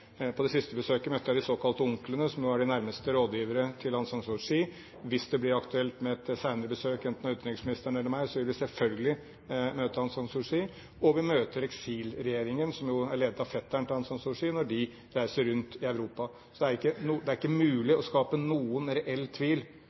På det siste besøket i Burma møtte jeg de såkalte onklene, som er de nærmeste rådgiverne til Aung San Suu Kyi. Hvis det blir aktuelt med et senere besøk, enten for utenriksministeren eller meg, vil vi selvfølgelig møte Aung San Suu Kyi. Og vi møter eksilregjeringen, som jo er ledet av fetteren til Aung San Suu Kyi, når de reiser rundt i Europa. Så det er ikke mulig å skape noen reell tvil